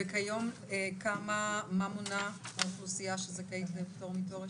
וכיום כמה מונה האוכלוסייה שזכאית לפטור מתור?